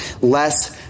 less